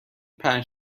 پنج